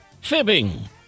Fibbing